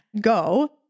go